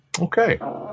Okay